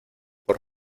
por